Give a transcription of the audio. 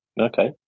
Okay